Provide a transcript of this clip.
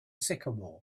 sycamore